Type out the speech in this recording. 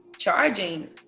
charging